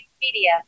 media